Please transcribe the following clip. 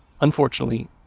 unfortunately